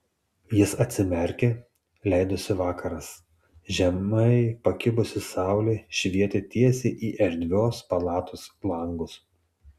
jis atsimerkė leidosi vakaras žemai pakibusi saulė švietė tiesiai į erdvios palatos langus